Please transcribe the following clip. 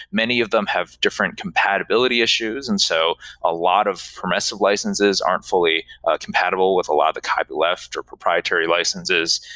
many of them have different compatibility issues, and so a lot of permissive licenses are fully compatible with a lot of the copyleft or proprietary licenses.